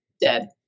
dead